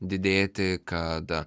didėti kad